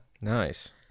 Nice